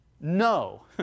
no